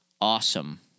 Awesome